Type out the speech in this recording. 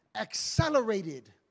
accelerated